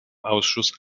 ausschuss